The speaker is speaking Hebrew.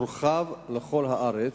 תורחב לכל הארץ,